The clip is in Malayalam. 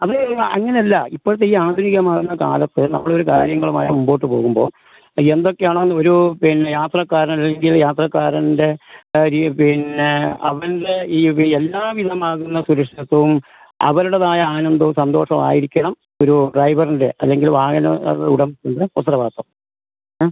അത് അങ്ങനെയൊന്നുമല്ല ഇപ്പോഴത്തെ ഈ ആധുനികമാകുന്ന കാലത്ത് നമ്മളൊരു കാര്യങ്ങളുമായി മുമ്പോട്ട് പോവുമ്പോൾ എന്തൊക്കെയാണ് ഒരു പിന്നെ യാത്രക്കാരൻ അല്ലെങ്കിൽ യാത്രക്കാരൻ്റെ കാര്യം പിന്നെ അവൻ്റെ ഈ ഈ എല്ലാ വിധമാകുന്ന സുരക്ഷിതത്വവും അവരുടേതായ ആനന്ദവും സന്തോഷവും ആയിരിക്കണം ഒരു ഡ്രൈവറിൻ്റെ അല്ലെങ്കിൽ വാഹന ഉടമസ്ഥൻ്റെ ഉത്തരവാദിത്തം